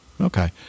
okay